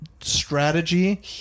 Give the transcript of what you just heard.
strategy